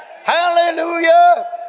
Hallelujah